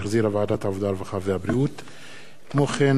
מסקנות הוועדה לקידום מעמד האשה בעקבות